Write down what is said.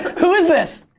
who is this?